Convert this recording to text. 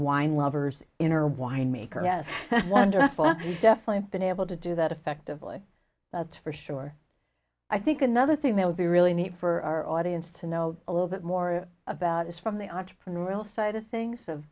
wine lovers in or wine maker yes well definitely been able to do that effectively that's for sure i think another thing that would be really neat for our audience to know a little bit more about is from the entrepreneurial side of things of